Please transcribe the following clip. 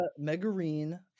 Megarine